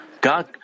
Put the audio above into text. God